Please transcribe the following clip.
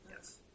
Yes